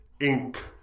ink